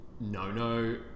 no-no